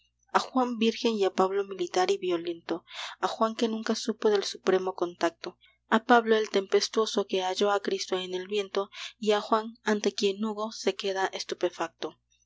a juan virgen y a pablo militar y violento a juan que nunca supo del supremo contacto a pablo el tempestuoso que halló a cristo en el viento y a juan ante quien hugo se queda estupefacto